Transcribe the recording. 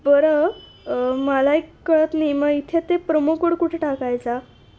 बरं मला एक कळत नाही मग इथे ते प्रोमो कोड कुठे टाकायचा